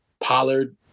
Pollard